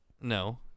No